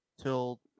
till